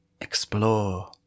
Explore